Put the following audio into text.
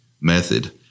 method